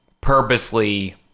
purposely